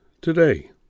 today